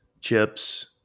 chips